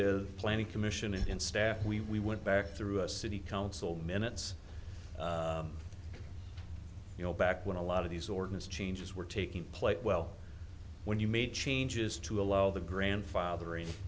is planning commission and staff we we went back through a city council minutes you know back when a lot of these ordinance changes were taking place well when you made changes to allow the grandfather